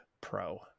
pro